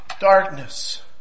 darkness